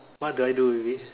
what do I do with it